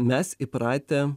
mes įpratę